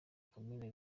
komine